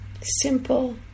simple